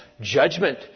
judgment